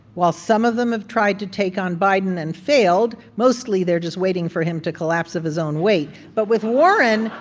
while some of them have tried to take on biden and failed, mostly they're just waiting for him to collapse of his own weight but with warren,